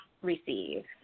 receive